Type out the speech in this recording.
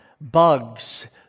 bugs